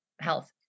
health